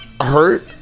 hurt